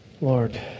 Lord